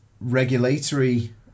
regulatory